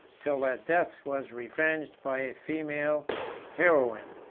till their death was revenged by a female heroine.